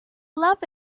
love